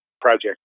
Project